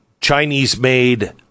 Chinese-made